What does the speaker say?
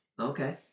Okay